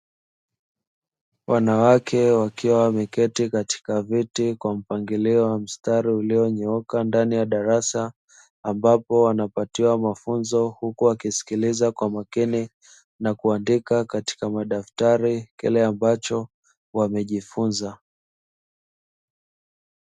Wanawake wakiwa wameketi katika viti kwa mpangilio wa mstari ulionyooka ndani ya darasa ambapo wanapatiwa mafunzo, huku wakisikiliza kwa makini na kuandika katika madaftari kile ambacho wamejifunza.